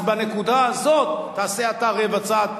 אז בנקודה הזאת תעשה אתה רבע צעד,